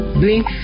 blink